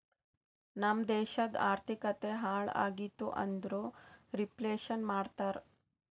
ನಮ್ ದೇಶದು ಆರ್ಥಿಕತೆ ಹಾಳ್ ಆಗಿತು ಅಂದುರ್ ರಿಫ್ಲೇಷನ್ ಮಾಡ್ತಾರ